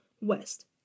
west